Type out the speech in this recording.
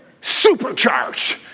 supercharged